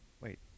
Wait